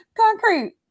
Concrete